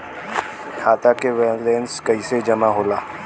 खाता के वैंलेस कइसे जमा होला?